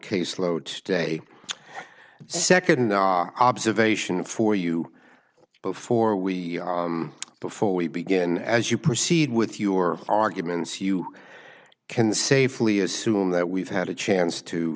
caseload today the second observation for you before we before we begin as you proceed with your arguments you can safely assume that we've had a chance to